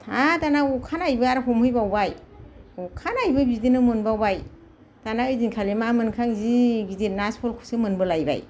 आरो दाना अखानायैबो आरो हमहैबावबाय अखानायैबो बिदिनो मोनबावबाय दाना ऐदिनखालि मा मोनखो आं जि गिदिर ना सलखौसो मोनबोलायबाय